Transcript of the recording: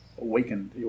awakened